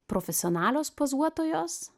profesionalios pozuotojos